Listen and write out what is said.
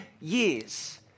years